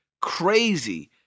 crazy